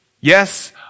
Yes